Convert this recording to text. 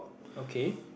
okay